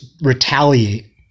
retaliate